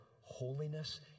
holiness